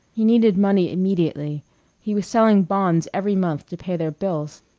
he needed money immediately he was selling bonds every month to pay their bills.